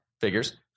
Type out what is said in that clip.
figures